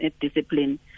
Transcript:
discipline